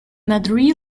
madrid